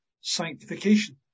sanctification